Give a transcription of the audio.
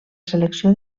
selecció